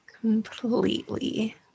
completely